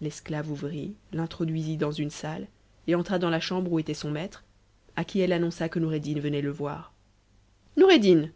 l'esclave ouvrit t'introduisit dans une salle et entra dans la chambre où était son maître h qui elle annonça que noureddin venait le voir noureddin